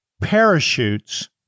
parachutes